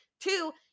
Two